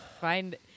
find